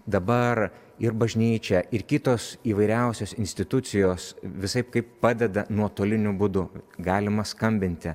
dabar ir bažnyčia ir kitos įvairiausios institucijos visaip kaip padeda nuotoliniu būdu galima skambinti